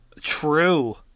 true